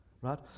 right